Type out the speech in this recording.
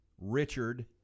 Richard